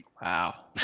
Wow